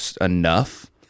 enough